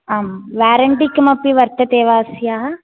आं वेरन्टि किमपि वर्तते वा अस्याः